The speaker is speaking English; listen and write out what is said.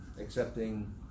accepting